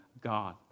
God